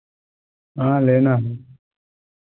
हाँ लेना है